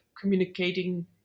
communicating